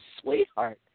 sweetheart